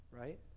right